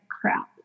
crap